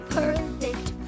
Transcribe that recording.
perfect